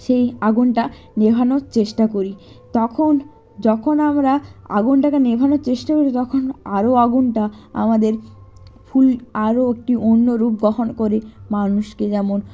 সেই আগুনটা নেভানোর চেষ্টা করি তখন যখন আমরা আগুনটাকে নেভানোর চেষ্টা করি তখন আরও আগুনটা আমাদের ফুল আরও একটু অন্য রূপ বহন করে মানুষকে যেমন